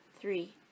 three